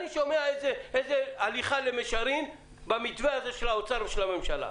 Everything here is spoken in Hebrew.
אני שומע איזו הליכה למישרין במתווה של האוצר ושל הממשלה.